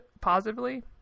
Positively